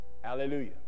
Hallelujah